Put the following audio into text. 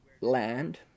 land